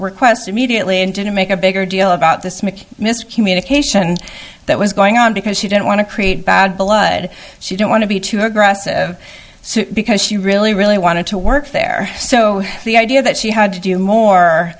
request immediately and didn't make a bigger deal about this mic miscommunication that was going on because she didn't want to create bad blood she didn't want to be too aggressive because she really really wanted to work there so the idea that she had to do more